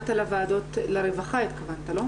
התכוונת לרווחה, לא?